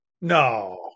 No